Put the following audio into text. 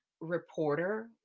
reporter